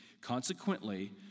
Consequently